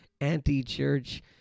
anti-church